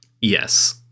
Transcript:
Yes